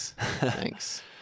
Thanks